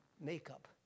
makeup